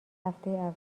هفته